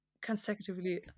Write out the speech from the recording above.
consecutively